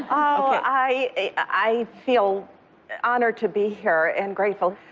i feel honored to be here and grateful.